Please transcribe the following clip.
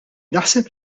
naħseb